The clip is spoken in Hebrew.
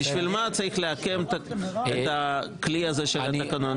בשביל מה צריך לעקם את הכלי הזה של התקנון?